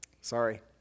sorry